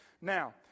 Now